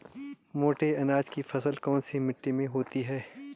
मोटे अनाज की फसल कौन सी मिट्टी में होती है?